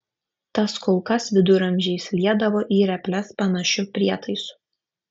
tas kulkas viduramžiais liedavo į reples panašiu prietaisu